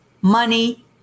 money